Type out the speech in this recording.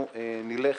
שנלך